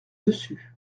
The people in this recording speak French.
dessus